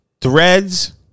Threads